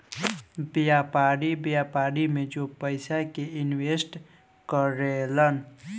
व्यापारी, व्यापार में जो पयिसा के इनवेस्ट करे लन